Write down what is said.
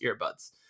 earbuds